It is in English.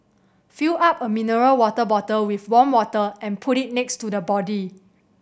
fill up a mineral water bottle with warm water and put it next to the body